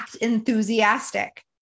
enthusiastic